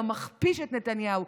גם מכפיש את נתניהו,